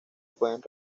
pueden